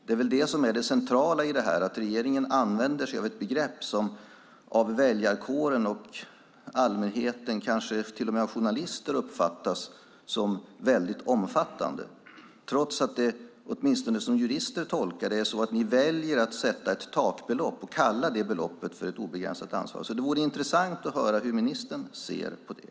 Det är väl det som är det centrala i det här, att regeringen använder sig av ett begrepp som av väljarkåren och allmänheten, kanske till och med av journalister, uppfattas som väldigt omfattande - trots att ni väljer att sätta ett takbelopp och kalla det beloppet ett obegränsat ansvar. Åtminstone tolkar jurister det så. Det vore intressant att höra hur ministern ser på det.